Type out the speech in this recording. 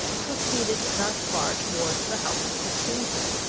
proceeded thus far towards the house of his kinsman.